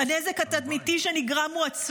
הנזק התדמיתי שנגרם הוא עצום,